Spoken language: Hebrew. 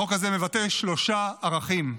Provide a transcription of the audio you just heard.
החוק הזה מבטא שלושה ערכים: